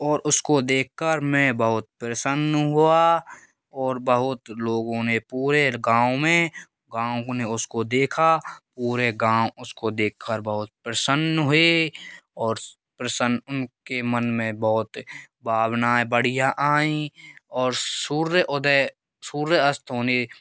और उसको देख कर मैं बहुत प्रसन्न हुआ और बहुत लोगों ने पूरे गाँव में गाँव ने उसको देखा पूरे गाँव उसको देख कर बहुत प्रसन्न हुए और प्रसन्न उनके मन में बहुत भावनाएँ बढ़ियाँ आई और सूर्य उदय सूर्य अस्त होने